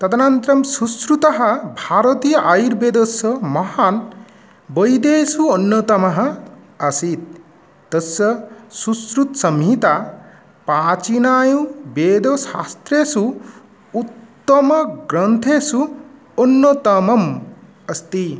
तदनन्तरं सुश्रुतः भारतीय आयुर्वेदस्य महान् वैद्येषु अन्यतमः आसीत् तस्य सुश्रुतसंहिता प्राचीनवेदशास्त्रेसु उत्तमग्रन्थेषु अन्यतमम् अस्ति